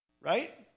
Right